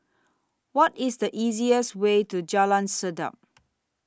What IS The easiest Way to Jalan Sedap